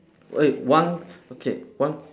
wait one okay one